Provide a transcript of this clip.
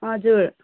हजुर